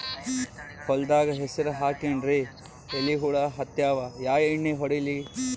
ಹೊಲದಾಗ ಹೆಸರ ಹಾಕಿನ್ರಿ, ಎಲಿ ಹುಳ ಹತ್ಯಾವ, ಯಾ ಎಣ್ಣೀ ಹೊಡಿಲಿ?